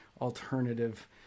alternative